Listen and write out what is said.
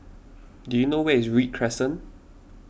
do you know where is Read Crescent